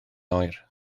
oer